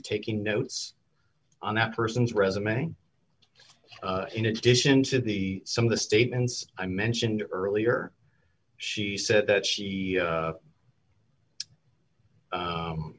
taking notes on that person's resume in addition to the some of the statements i mentioned earlier she said that she